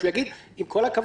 הוא יגיד: עם כל הכבוד,